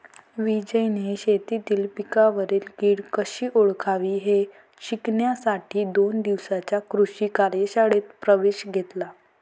विजयने शेतीतील पिकांवरील कीड कशी ओळखावी हे शिकण्यासाठी दोन दिवसांच्या कृषी कार्यशाळेत प्रवेश घेतला